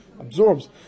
absorbs